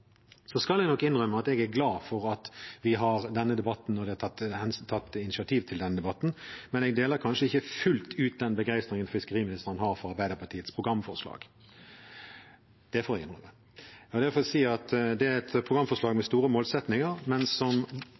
skal nok innrømme at jeg er glad for at vi har denne debatten og at det er tatt initiativ til denne debatten, men jeg deler kanskje ikke fullt ut den begeistringen fiskeriministeren har for Arbeiderpartiets programforslag. Det må jeg innrømme. Jeg vil derfor si at det er et programforslag med store målsettinger, men som